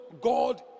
God